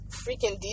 freaking